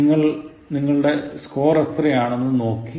നിങ്ങൾ നിങ്ങളുടെ സ്കോർ എത്രയാണെന്ന് നോക്കി